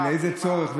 ולאיזה צורך?